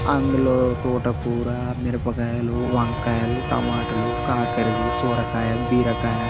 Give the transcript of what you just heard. అందులో తోటకూర మిరపకాయలు వంకాయలు టమాటలు కాకరలు సొరకాయ బీరకాయ